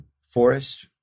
forest